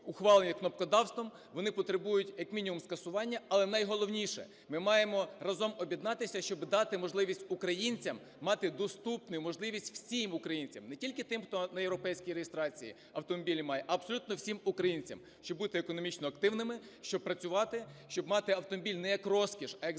ухвалені кнопкодавством, вони потребують як мінімум скасування. Але найголовніше – ми маємо разом об'єднатися, щоб дати можливість українцям мати доступну можливість всім українцям, не тільки тим, хто на європейській реєстрації автомобілі має, а абсолютно всім українцям, щоб бути економічно активними, щоб працювати, щоб мати автомобіль не як розкіш, а як